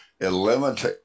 eliminate